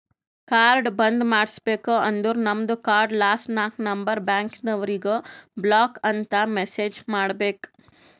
card ಬಂದ್ ಮಾಡುಸ್ಬೇಕ ಅಂದುರ್ ನಮ್ದು ಕಾರ್ಡ್ ಲಾಸ್ಟ್ ನಾಕ್ ನಂಬರ್ ಬ್ಯಾಂಕ್ನವರಿಗ್ ಬ್ಲಾಕ್ ಅಂತ್ ಮೆಸೇಜ್ ಮಾಡ್ಬೇಕ್